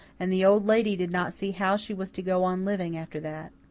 and the old lady did not see how she was to go on living after that.